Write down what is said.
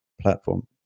platform